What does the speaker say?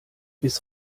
bis